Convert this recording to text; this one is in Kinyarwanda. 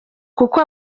kuko